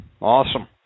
Awesome